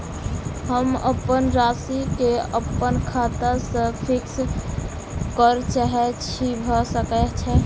हम अप्पन राशि केँ अप्पन खाता सँ फिक्स करऽ चाहै छी भऽ सकै छै?